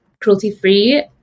cruelty-free